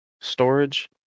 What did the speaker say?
Storage